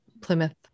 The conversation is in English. Plymouth